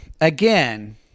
again